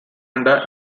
under